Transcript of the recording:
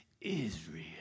Israel